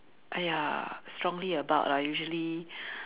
!aiya! strongly about ah usually